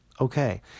okay